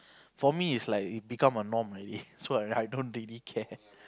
for me is like become a norm already so I don't really care